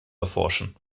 erforschen